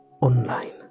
online